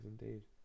indeed